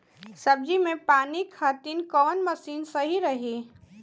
सब्जी में पानी खातिन कवन मशीन सही रही?